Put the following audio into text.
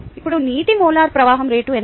ఇప్పుడు నీటి మోలార్ ప్రవాహం రేటు ఎంత